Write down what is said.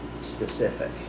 specific